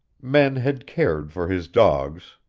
men had cared for his dogs.